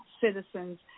citizens